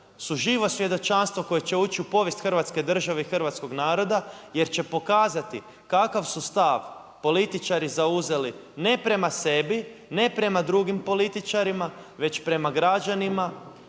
su živo svjedočanstvo koje će ući u povijest Hrvatske države i hrvatskog naroda, jer će pokazati, kakav su stav političari zauzeli, ne prema sebi, ne prema drugim političarima, već prema građanima,